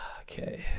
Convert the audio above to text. Okay